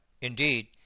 indeed